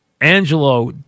Angelo